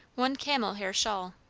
one camel hair shawl.